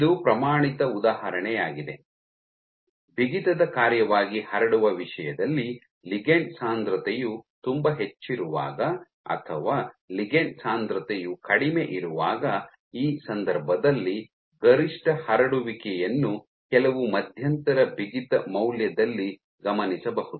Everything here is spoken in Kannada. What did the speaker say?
ಇದು ಪ್ರಮಾಣಿತ ಉದಾಹರಣೆಯಾಗಿದೆ ಬಿಗಿತದ ಕಾರ್ಯವಾಗಿ ಹರಡುವ ವಿಷಯದಲ್ಲಿ ಲಿಗಂಡ್ ಸಾಂದ್ರತೆಯು ತುಂಬಾ ಹೆಚ್ಚಿರುವಾಗ ಅಥವಾ ಲಿಗಂಡ್ ಸಾಂದ್ರತೆಯು ಕಡಿಮೆ ಇರುವಾಗ ಈ ಸಂದರ್ಭದಲ್ಲಿ ಗರಿಷ್ಠ ಹರಡುವಿಕೆಯನ್ನು ಕೆಲವು ಮಧ್ಯಂತರ ಬಿಗಿತ ಮೌಲ್ಯದಲ್ಲಿ ಗಮನಿಸಬಹುದು